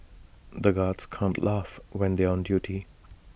the guards can't laugh when they are on duty